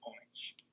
points